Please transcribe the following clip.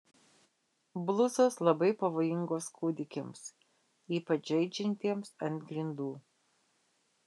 blusos labai pavojingos kūdikiams ypač žaidžiantiems ant grindų